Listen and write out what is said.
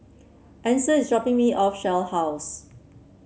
Adyson is dropping me off Shell House